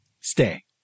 stay